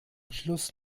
schluss